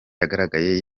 yagaragaye